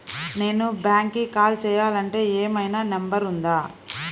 నేను బ్యాంక్కి కాల్ చేయాలంటే ఏమయినా నంబర్ ఉందా?